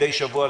מידי שבוע,